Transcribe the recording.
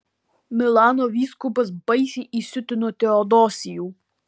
milano vyskupas baisiai įsiutino teodosijų